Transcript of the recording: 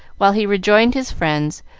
while he rejoined his friends,